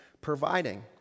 providing